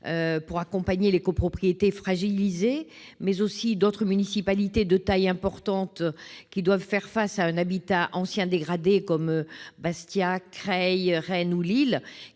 pour accompagner des copropriétés fragilisées, plusieurs villes de taille importante, qui doivent faire face à un habitat ancien dégradé, comme Bastia, Creil, Rennes ou Lille,